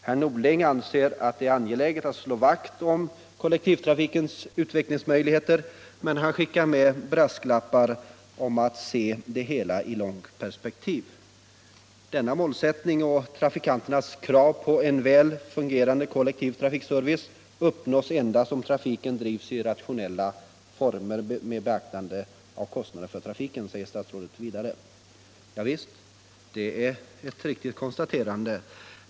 Herr Norling anser att det är angeläget att slå vakt om kollektivtrafikens utvecklingsmöjligheter, men han skickar med brasklappar om att man bör se det hela i långt perspektiv. Denna målsättning och trafikanternas krav på en väl fungerande kollektiv trafikservice uppnås endast om trafiken bedrivs i rationella former med beaktande av kostnaderna för trafiken, säger statsrådet vidare. Ja visst, det är ett riktigt konstaterande.